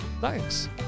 Thanks